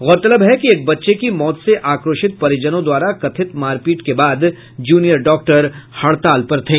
गौरतलब है कि एक बच्चे की मौत से आक्रोशित परिजनों द्वारा कथित मारपीट के बाद जूनियर डॉक्टर हड़ताल पर थे